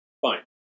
Fine